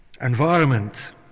environment